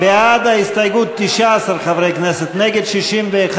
באסל גטאס ועבדאללה